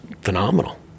phenomenal